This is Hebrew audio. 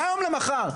מהיום למחר?